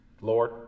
Lord